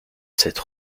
cette